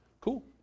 Cool